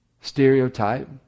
stereotype